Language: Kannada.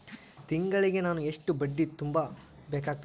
ತಿಂಗಳಿಗೆ ನಾನು ಎಷ್ಟ ಬಡ್ಡಿ ತುಂಬಾ ಬೇಕಾಗತೈತಿ?